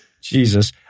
Jesus